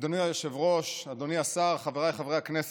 אדוני היושב-ראש, אדוני השר, חבריי חבר הכנסת,